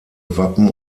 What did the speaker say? wappen